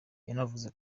yanavuze